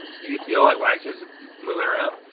do you feel like wax is moving around?